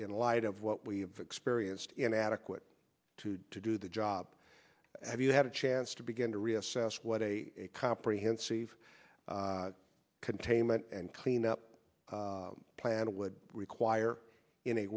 in light of what we have experienced inadequate to do the job have you had a chance to begin to reassess what a comprehensive containment and cleanup plan would require